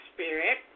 Spirit